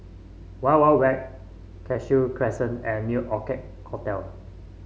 Wild Wild Wet Cashew Crescent and New Orchid Hotel